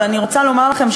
אבל אני רוצה לומר לכם,